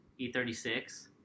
E36